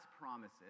promises